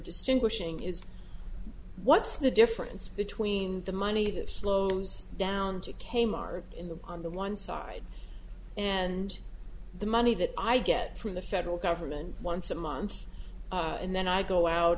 distinguishing is what's the difference between the money that slows down to k mart in the on the one side and the money that i get from the federal government once a month and then i go out